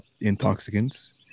Intoxicants